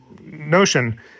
notion